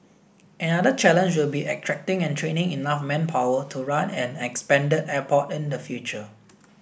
another challenge will be attracting and training enough manpower to run an expanded airport in the future